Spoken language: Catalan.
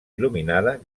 il·luminada